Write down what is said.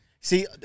See